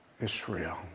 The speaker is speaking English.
Israel